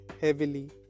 heavily